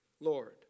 Lord